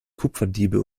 kupferdiebe